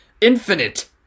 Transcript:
Infinite